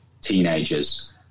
teenagers